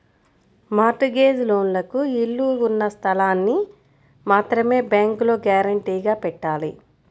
mart gauge లోన్లకు ఇళ్ళు ఉన్న స్థలాల్ని మాత్రమే బ్యేంకులో గ్యారంటీగా పెట్టాలి